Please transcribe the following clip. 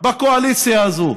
בקואליציה הזו: